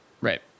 Right